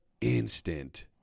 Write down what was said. instant